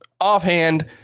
offhand